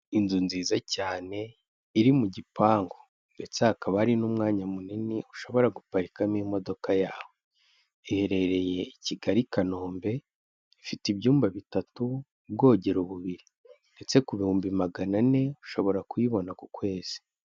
Inzu nziza cyane iri mu gipangu, ndetse hakaba hari n'umwanya munini ushobora guparikamo imodoka yawe, iherereye i Kigali, i Kanombe ifite ibyumba bitatu, bwogero bubiri, ndetse ku bihumbi magana ane ushobora kuyibona ku kwezi.